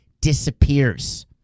disappears